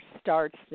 starts